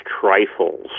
trifles